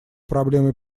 проблемы